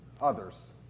others